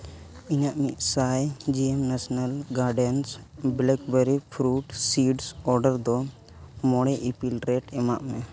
ᱤᱧᱟᱹᱜ ᱢᱤᱫ ᱥᱟᱭ Jim national gardens blackberry fruit seeds order ᱫᱚ ᱢᱚᱬᱮ ᱤᱯᱤᱞ ᱨᱮᱴ ᱮᱢᱟᱜ ᱢᱮ